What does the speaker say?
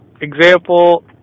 example